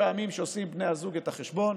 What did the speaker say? כשעושים בני הזוג את החשבון,